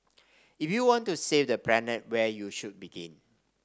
if you want to save the planet where should you begin